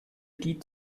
die